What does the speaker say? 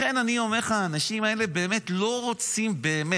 לכן אני אומר לך, האנשים האלה לא רוצים באמת.